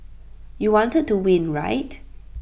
you wanted to win right